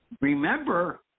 Remember